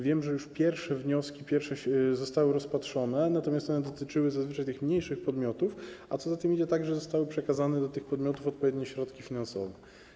Wiem, że już pierwsze wnioski zostały rozpatrzone, natomiast one dotyczyły zazwyczaj mniejszych podmiotów, a co za tym idzie, zostały przekazane do tych podmiotów także odpowiednie środki finansowe.